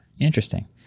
Interesting